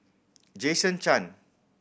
Jason Chan